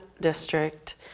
district